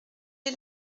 est